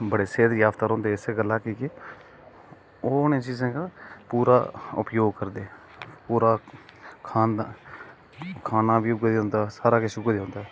बड़े सेहद जाफत रौंहदे इस्सै गल्ला कि के ओह् उनें चीजें कोला